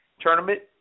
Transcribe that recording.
tournament